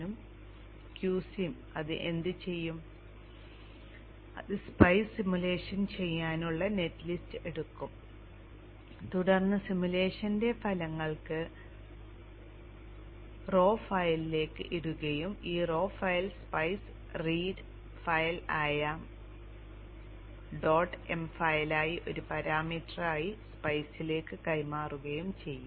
q sim അത് എന്തുചെയ്യും അത് സ്പൈസ് സിമുലേഷൻ ചെയ്യാനുള്ള നെറ്റ് ലിസ്റ്റ് എടുക്കും തുടർന്ന് സിമുലേഷന്റെ ഫലങ്ങൾ റോ ഫയലിലേക്ക് ഇടുകയും ഈ raw file SPICE read file ആയ ഡോട്ട് m ഫയലായി ഒരു പാരാമീറ്ററായി സ്പൈസിലേക്ക് കൈമാറുകയും ചെയ്യും